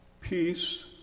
Peace